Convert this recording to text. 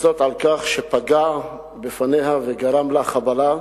וזאת על כך שפגע בפניה וגרם לה חבלה.